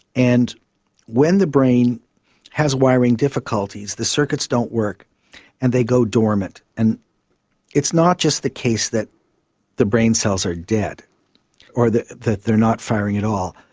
and when the brain has wiring difficulties, the circuits don't work and they go dormant. and it's not just the case that the brain cells are dead or that they are not firing at all,